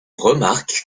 remarque